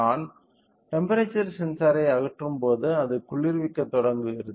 நான் டெம்ப்பெரேச்சர் சென்சாரை அகற்றும்போது அது குளிர்விக்கத் தொடங்குகிறது